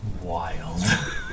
Wild